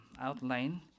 outline